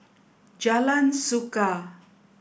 Jalan Suka